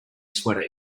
sweater